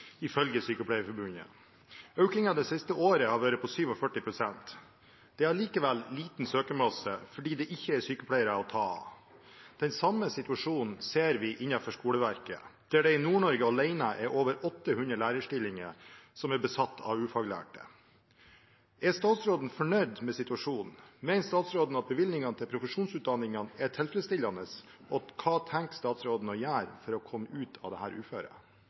siste året har vært på 47 pst. Det er likevel liten søkermasse, fordi det ikke er nok sykepleiere å ta av. Den samme situasjonen ser vi innenfor skoleverket, der det i Nord-Norge alene er over 800 lærerstillinger som er besatt av ufaglærte. Er statsråden fornøyd med situasjonen, mener statsråden at bevilgningene til profesjonsutdanningene er tilfredsstillende, og hva tenker statsråden å gjøre for å komme ut av